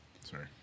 Sorry